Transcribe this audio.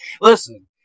Listen